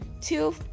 Two